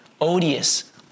odious